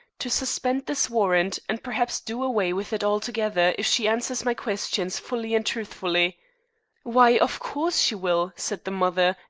to suspend this warrant, and perhaps do away with it altogether, if she answers my questions fully and truthfully why, of course she will said the mother,